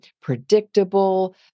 predictable